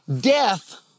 Death